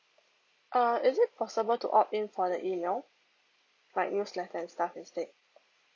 err is it possible to opt in for the email like newsletter and stuff instead